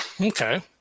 okay